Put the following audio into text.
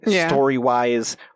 story-wise